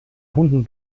hunden